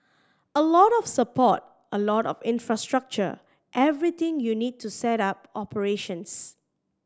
a lot of support a lot of infrastructure everything you need to set up operations